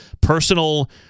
personal